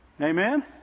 Amen